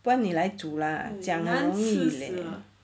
不然你来煮 lah 讲很容易 leh